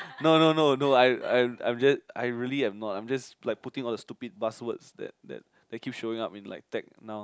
no no no no I I'm I'm I really am not I'm just like putting all the stupid buzz words that that keep showing up on Ted now